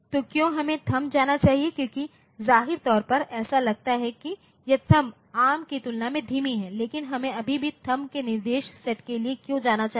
तो क्यों हमें थंब जाना चाहिए क्योंकि जाहिरा तौर पर ऐसा लगता है कि यह थंब एआरएम की तुलना में धीमा है लेकिन हमें अभी भी थंब के निर्देश सेट के लिए क्यों जाना चाहिए